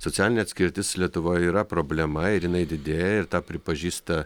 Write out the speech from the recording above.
socialinė atskirtis lietuvoj yra problema ir jinai didėja ir tą pripažįsta